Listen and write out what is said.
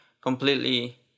completely